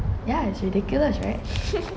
ya it's ridiculous right